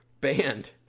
Banned